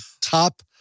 top